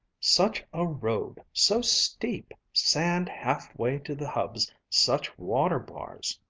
such a road so steep sand half-way to the hubs, such water-bars!